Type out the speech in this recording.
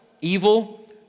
evil